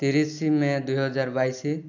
ତିରିଶି ମେ' ଦୁଇହାଜର ବାଇଶ